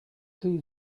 two